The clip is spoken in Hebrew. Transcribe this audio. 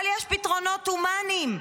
אבל יש פתרונות הומניים,